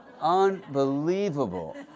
Unbelievable